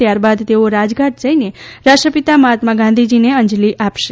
ત્યારબાદ તેઓ રાજધાટ જઇને રાષ્ટ્રપિતા મહાત્મા ગાંધીજીને અંજલી આપશે